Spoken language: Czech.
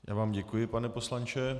Já vám děkuji, pane poslanče.